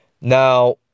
Now